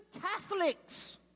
Catholics